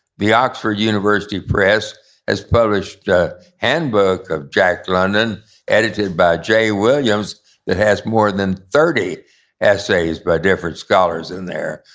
the oxford university press has published a handbook of jack london edited by jay williams that has more than thirty essays by different scholars in there,